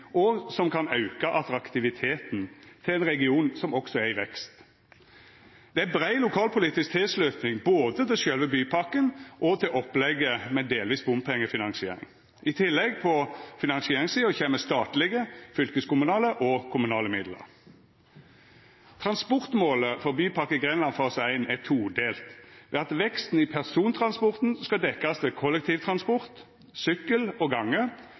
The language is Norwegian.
samferdselsområdet som kan gjera regionen meir konkurransedyktig og auka attraktiviteten til ein region som også er i vekst. Det er brei lokalpolitisk tilslutning både til sjølve bypakka og til opplegget med delvis bompengefinansiering. På finansieringssida kjem i tillegg statlege, fylkeskommunale og kommunale midlar. Transportmålet for Bypakke Grenland fase 1 er todelt ved at veksten i persontransporten skal dekkjast ved kollektivtransport, sykkel og